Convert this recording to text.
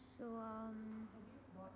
so um